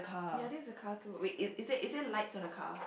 yea that's the car tool wait it is it is it lights on the car